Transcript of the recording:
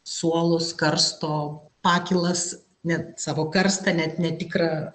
suolus karsto pakylas net savo karstą net netikrą